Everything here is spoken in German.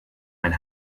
mein